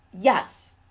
yes